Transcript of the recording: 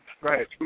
Right